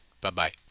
Bye-bye